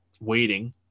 waiting